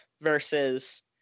versus